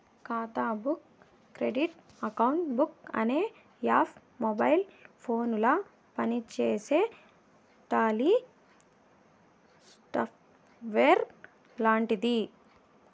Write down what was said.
ఖాతా book credit account book అనే app mobile ఫోనుల పనిచేసే టాలీ సాఫ్ట్వేర్ లాంటిది